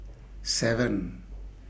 seven